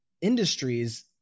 industries